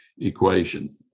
equation